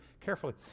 carefully